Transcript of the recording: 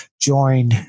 join